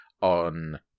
on